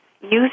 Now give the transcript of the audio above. use